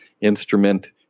instrument